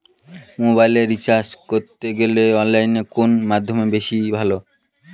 মোবাইলের রিচার্জ করতে গেলে অনলাইনে কোন মাধ্যম বেশি ভালো?